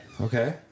Okay